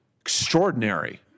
Extraordinary